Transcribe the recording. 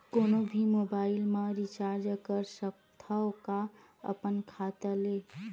कोनो भी मोबाइल मा रिचार्ज कर सकथव का अपन खाता ले?